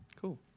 cool